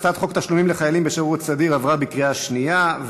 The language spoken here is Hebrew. תשלומים לחיילים בשירות סדיר (הגנה על תשלומים) עברה בקריאה שנייה.